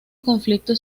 conflicto